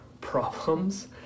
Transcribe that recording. problems